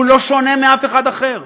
הוא לא שונה מאף אחד אחר.